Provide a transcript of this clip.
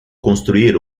construir